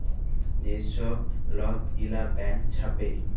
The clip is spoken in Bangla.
যে ছব লট গিলা ব্যাংক ছাপে